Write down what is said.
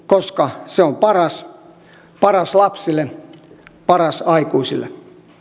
koska se on paras paras lapsille paras aikuisille